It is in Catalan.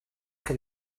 que